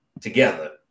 together